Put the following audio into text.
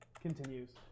continues